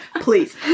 Please